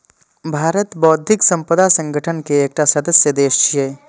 भारत बौद्धिक संपदा संगठन के एकटा सदस्य देश छियै